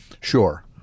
Sure